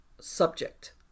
subject